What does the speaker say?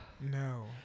no